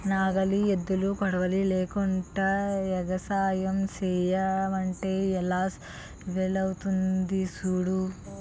నాగలి, ఎద్దులు, కొడవలి లేకుండ ఎగసాయం సెయ్యమంటే ఎలా వీలవుతాది సూడు